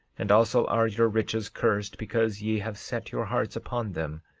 and also are your riches cursed because ye have set your hearts upon them,